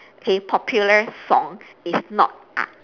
k popular song is not art